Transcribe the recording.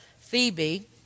Phoebe